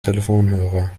telefonhörer